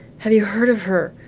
have you heard of her?